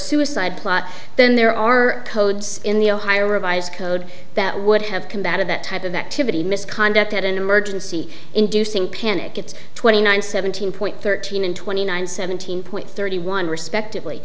suicide plot then there are codes in the ohio revised code that would have combated that type of activity misconduct at an emergency inducing panic it's twenty nine seventeen point thirteen and twenty nine seventeen point thirty one respectively